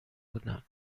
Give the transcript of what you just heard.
بودن